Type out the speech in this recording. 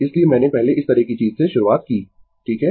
इसलिए मैंने पहले इस तरह की चीज से शुरुआत की ठीक है